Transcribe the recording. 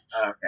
Okay